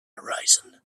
horizon